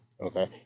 Okay